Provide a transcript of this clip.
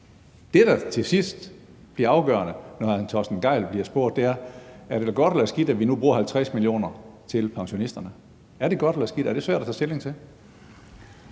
det, der til sidst bliver afgørende, når hr. Torsten Gejl bliver spurgt, er, om det er godt eller skidt, at vi nu bruger 50 mio. kr. til pensionisterne. Er det godt eller skidt? Er det svært at tage stilling til?